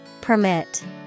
Permit